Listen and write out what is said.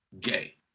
gay